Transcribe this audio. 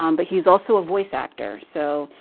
um but he's also a voice actor. so,